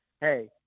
hey